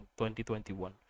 2021